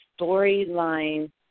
storyline